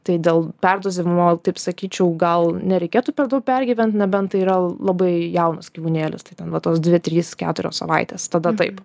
tai dėl perdozavimo taip sakyčiau gal nereikėtų per daug pergyvent nebent tai yra labai jaunas gyvūnėlis tai ten va tos dvi trys keturios savaitės tada taip